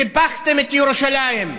סיפחתם את ירושלים,